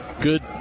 Good